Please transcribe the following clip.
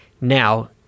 Now